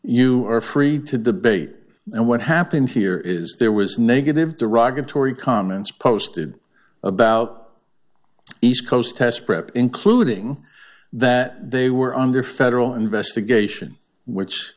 you are free to debate and what happened here is there was negative derogatory comments posted about east coast test prep including that they were under federal investigation which